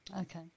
Okay